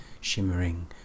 shimmering